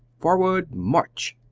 forward march!